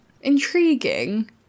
Intriguing